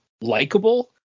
likable